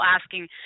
asking